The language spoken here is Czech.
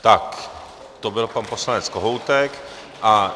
Tak to byl pan poslanec Kohoutek.